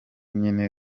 nyine